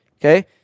Okay